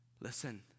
Listen